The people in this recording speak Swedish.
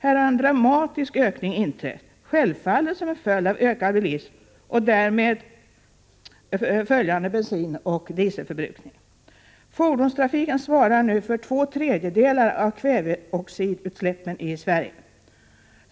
Här har en dramatisk ökning inträtt, självfallet som en följd av ökad bilism och därmed följande bensinoch dieselförbrukning. Fordonstrafiken svarar nu för två tredjedelar av kväveoxidutsläppen i Sverige.